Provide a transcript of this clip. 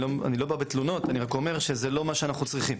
אני לא בא בתלונות אני רק אומר שזה לא מה שאנחנו צריכים.